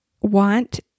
want